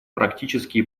практические